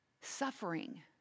suffering